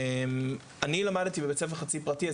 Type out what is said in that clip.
אני למדתי בבית ספר חצי פרטי,